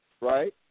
right